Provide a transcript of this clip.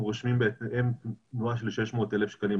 רושמים בהתאם תנועה של 600,000 שקלים.